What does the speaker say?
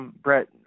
Brett